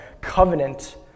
covenant